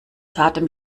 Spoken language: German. zartem